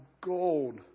gold